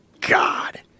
God